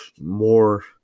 more